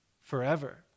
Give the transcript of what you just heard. forever